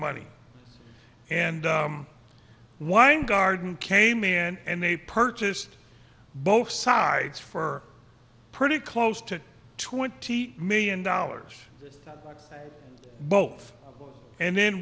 money and weingarten came in and they purchased both sides for pretty close to twenty million dollars both and then